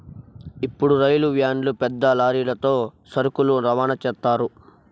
ఇప్పుడు రైలు వ్యాన్లు పెద్ద లారీలతో సరుకులు రవాణా చేత్తారు